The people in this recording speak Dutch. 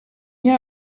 jij